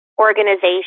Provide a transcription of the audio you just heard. organization